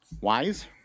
wise